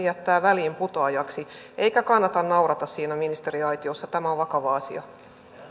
jättää väliinputoajaksi eikä kannata nauraa siinä ministeriaitiossa tämä on vakava asia